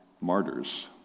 martyrs